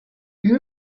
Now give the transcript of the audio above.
you